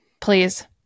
Please